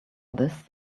this